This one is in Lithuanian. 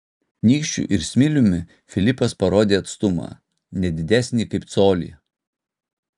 nykščiu ir smiliumi filipas parodė atstumą ne didesnį kaip colį